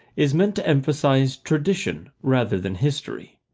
is meant to emphasize tradition rather than history.